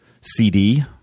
cd